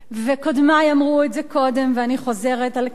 וקודמי אמרו את זה קודם, ואני חוזרת על כך: